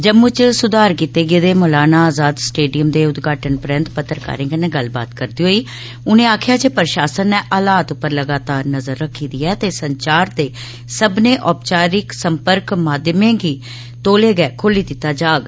जम्मू च सुधार कीते गेदे मौलाना आजाद स्टेडियम दे उदघाटन परैंत पत्रकारे कन्नै गल्लबात करदे होई उने आक्खेआ जे प्रशासन नै हालात उप्पर लगातार नजर रखी दी ऐ ते संचार दे दूए औपचारिक चैनलें गी बी तौले गै खोली दित्ती जाग